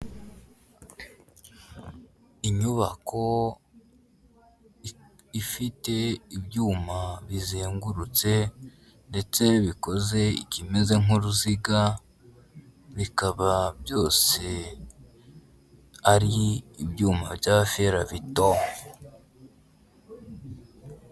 inyubako ifite ibyuma bizengurutse ndetse bikoze ikimeze nk'uruziga bikaba byose ari ibyuma cya fera beto.